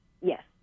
Yes